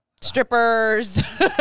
strippers